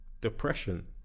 depression